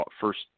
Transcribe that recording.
first